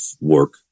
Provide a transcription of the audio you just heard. work